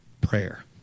Prayer